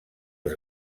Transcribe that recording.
els